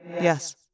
Yes